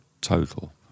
total